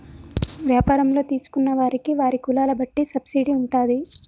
వ్యాపారంలో తీసుకున్న వారికి వారి కులాల బట్టి సబ్సిడీ ఉంటాది